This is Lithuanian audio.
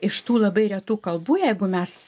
iš tų labai retų kalbų jeigu mes